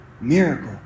miracle